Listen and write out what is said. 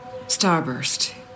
Starburst